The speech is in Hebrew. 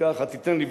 דקה אחת תיתן לי,